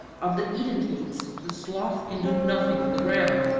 of the edentates, the sloth can do nothing on the ground.